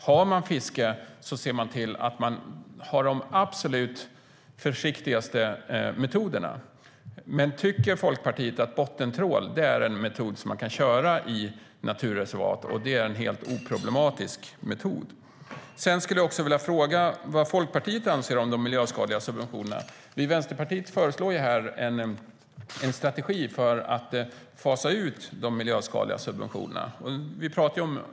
Har man fiske ser man till att man har de absolut försiktigaste metoderna. Jag skulle också vilja fråga vad Folkpartiet anser om de miljöskadliga subventionerna. Vi i Vänsterpartiet föreslår en strategi för att fasa ut de miljöskadliga subventionerna.